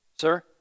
Sir